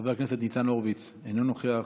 חבר הכנסת ניצן הורוביץ, אינו נוכח,